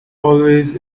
always